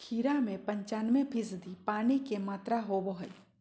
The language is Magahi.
खीरा में पंचानबे फीसदी पानी के मात्रा होबो हइ